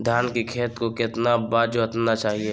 धान के खेत को कितना बार जोतना चाहिए?